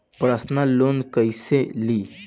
Personal loan कैसे ली?